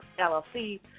LLC